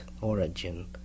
origin